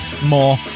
more